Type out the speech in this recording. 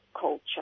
culture